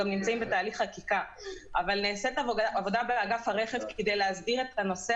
נעשית עבודה באגף הרכב כדי להסדיר את הנושא